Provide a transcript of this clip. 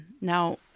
Now